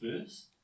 first